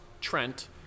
Trent